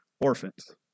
orphans